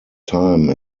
time